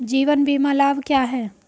जीवन बीमा लाभ क्या हैं?